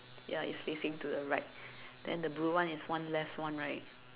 ya it's facing to the right then the blue one is one left one right